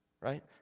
right